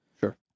Sure